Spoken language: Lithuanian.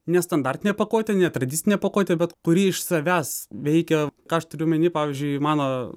nestandartinė pakuotė netradicinė pakuotė bet kuri iš savęs veikia ką aš turiu omeny pavyzdžiui mano